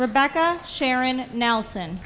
rebecca sharon nelson